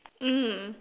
mm